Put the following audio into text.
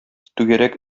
түгәрәк